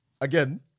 again